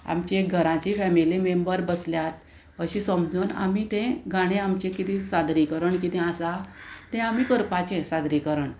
आमचे घराचे family member बसल्यात अशें समजून आमी तें गाणें आमचें कितें सादरीकरण कितें आसा तें आमी करपाचें सादरीकरण